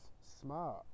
smart